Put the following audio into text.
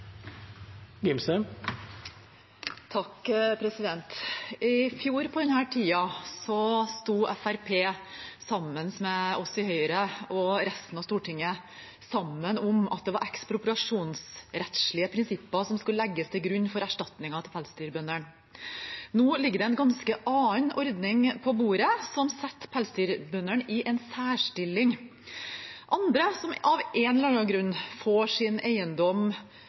I fjor på denne tiden sto Fremskrittspartiet sammen med oss i Høyre og resten av Stortinget om at det var ekspropriasjonsrettslige prinsipper som skulle legges til grunn for erstatningen til pelsdyrbøndene. Nå ligger det en ganske annen ordning på bordet, som setter pelsdyrbøndene i en særstilling. Andre som av en eller annen grunn får sin eiendom